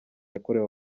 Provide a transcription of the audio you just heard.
yakorewe